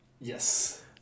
Yes